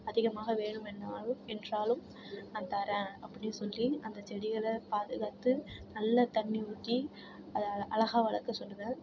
அதிகமாக வேணும் என்றாலும் என்றாலும் நான் தரேன் அப்படினு சொல்லி அந்த செடிகளை பாதுகாத்து நல்ல தண்ணி ஊற்றி அதை அழகாக வளர்க்க சொல்லுவேன்